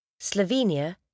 Slovenia